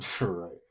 Right